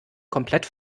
komplett